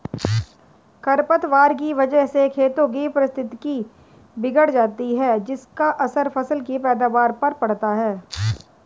खरपतवार की वजह से खेतों की पारिस्थितिकी बिगड़ जाती है जिसका असर फसल की पैदावार पर पड़ता है